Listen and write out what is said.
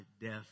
death